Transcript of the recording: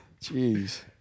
Jeez